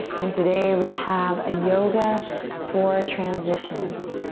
and today we have a yoga for transitions.